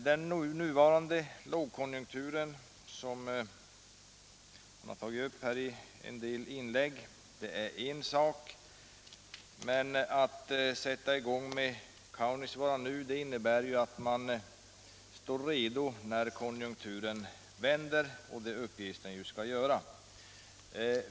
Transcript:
Den nuvarande lågkonjunkturen, som i en del inlägg tagits upp, är en sak. Men att sätta i gång med Kaunisvaara nu innebär att man står redo när konjunkturen vänder, och det uppges det ju att den skall göra.